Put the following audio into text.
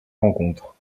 rencontres